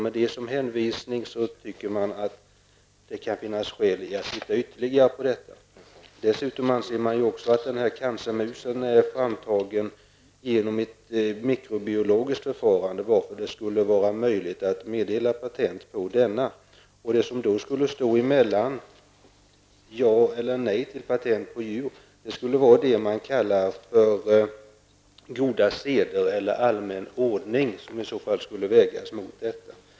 Med det som hänvisning tycker man att det kan finnas skäl att titta ytterligare på detta. Dessutom anses att denna cancermus är framtagen genom ett mikrobiologiskt förfarande, varför det skulle vara möjligt att meddela patent på detta. Det som då skulle stå mellan ja eller nej till patent på djur skulle vara det man kallar för goda seder eller allmän ordning, som i så fall skulle vägas emot detta.